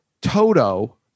Toto